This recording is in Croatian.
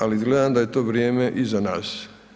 Ali izgleda da je to vrijeme iza nas.